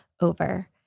over